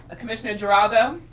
ah commissioner geraldo.